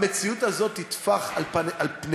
המציאות הזו תטפח על פניכם,